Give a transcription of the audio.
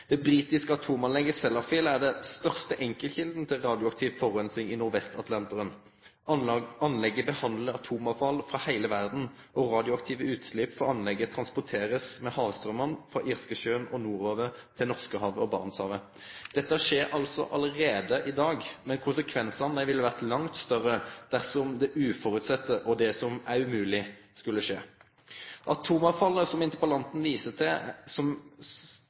Det britiske atomanlegget Sellafield er den største enkeltkjelda til radioaktiv forureining i Nordvest-Atlanteren. Anlegget behandlar atomavfall frå heile verda, og radioaktive utslepp frå anlegget blir transportert med havstraumane frå Irskesjøen og nordover til Norskehavet og Barentshavet. Dette skjer altså allereie i dag, men konsekvensane ville vore langt større dersom det uføresette og det som er umogleg, skulle skje. Atomavfallet som interpellanten viser til som